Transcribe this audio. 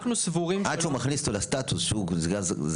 עד שהוא מכניס אותו לסטטוס של זכאי,